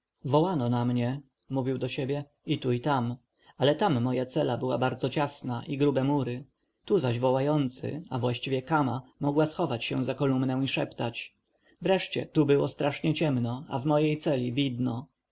wołano na mnie mówił do siebie i tu i tam ale tam moja cela była bardzo ciasna i grube mury tu zaś wołający a właściwie kama mogła schować się za kolumnę i szeptać wreszcie tu było strasznie ciemno a w mojej celi widno